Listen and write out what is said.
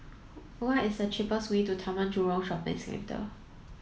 what is the cheapest way to Taman Jurong Shopping Centre